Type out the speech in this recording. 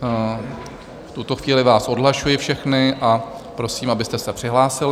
V tuto chvíli vás odhlašuji všechny a prosím, abyste se přihlásili.